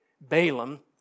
Balaam